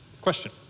Question